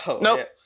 Nope